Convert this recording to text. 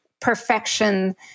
perfection